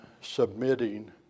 submitting